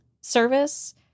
service